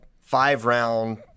five-round